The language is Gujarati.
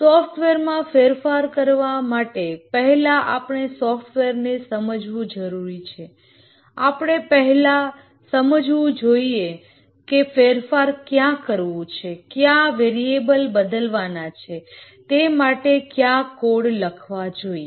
સોફ્ટવેરમાં ફેરફાર કરવા માટે પહેલા આપણે સોફ્ટવેરને સમજવું જરૂરી છે આપણે પહેલા સમજવું જોઈએ કે ફેરફાર ક્યાં કરવું છે કયા વેરિએબલ બદલવાના છે તે માટે કયા કોડ લખવા જોઈએ